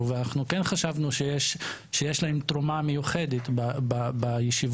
ואנחנו כן חשבנו שיש להם תרומה מיוחדת בישיבות